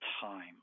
time